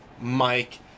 Mike